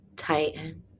Tighten